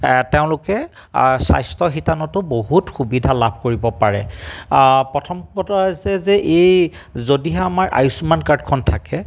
তেওঁলোকে স্বাস্থ্য শিতানতো বহুত সুবিধা লাভ কৰিব পাৰে প্ৰথম কথা হৈছে যে এই যদিহে আমাৰ আয়ুষ্মান কাৰ্ডখন থাকে